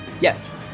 Yes